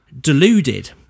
deluded